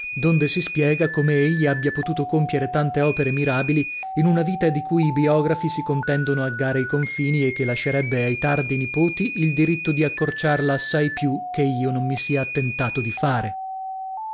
donde si spiega come egli abbia potuto compiere tante opere mirabili in una vita di cui i biografi si contendono a gara i confini e che lascerebbe ai tardi nipoti il diritto di accorciarla assai più che io non mi sia attentato di fare